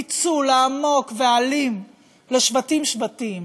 הפיצול העמוק והאלים לשבטים-שבטים.